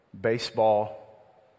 baseball